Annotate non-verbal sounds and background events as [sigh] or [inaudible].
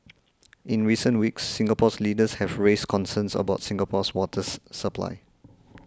in recent weeks Singapore [noise] leaders have raised concerns about Singapore's water [noise] supply